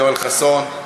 יואל חסון,